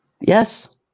Yes